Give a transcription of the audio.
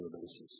basis